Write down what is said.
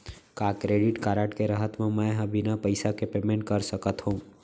का credit card के रहत म, मैं ह बिना पइसा के पेमेंट कर सकत हो?